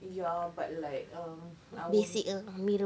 ya but like um I won't